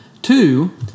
Two